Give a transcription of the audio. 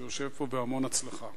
שיושב כאן בהמון הצלחה.